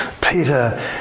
Peter